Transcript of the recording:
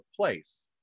place